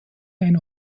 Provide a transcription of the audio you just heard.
ein